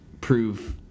prove